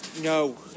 No